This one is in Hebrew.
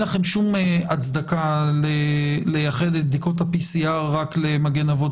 לכם שום הצדקה לייחד את בדיקות ה-PCR רק ל"מגן אבות